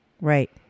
Right